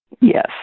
Yes